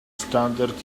standard